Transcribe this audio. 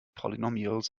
polynomials